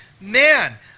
man